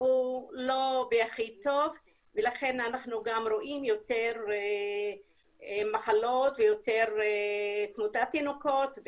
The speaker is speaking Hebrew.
הוא לא בכי טוב ולכן אנחנו גם רואים יותר מחלות ויותר תמותת תינוקות.